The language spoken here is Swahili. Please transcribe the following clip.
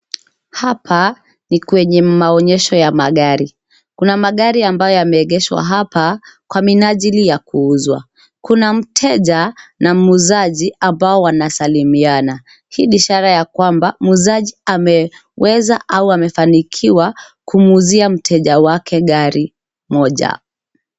Hapa ni kwenye maonyesho ya magari. Kuna magari ambayo yameegeshwa hapa kwa minajili ya kuuzwa. Kuna mteja na muuzaji ambao wanasalimiana. Hii ni ishara ya kwamba muuzaji ameweza au amefanikiwa kumwuuzia mteja wake gari moja.